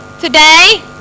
Today